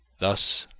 thus,